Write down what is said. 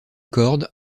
corde